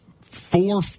four